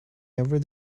every